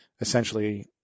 essentially